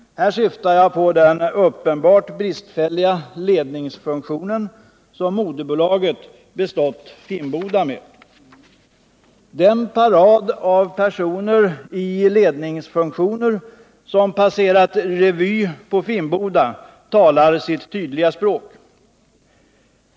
Här syftar jag på den uppenbarligen bristfälliga ledningsfunktion som moderbolaget bestått Finnboda med. Den parad av personer i ledande funktioner som passerat revy på Finnboda talar sitt tydliga språk.